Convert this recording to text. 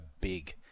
big